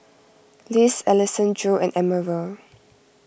Liz Alessandro and Emerald